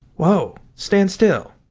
whoa, stand still!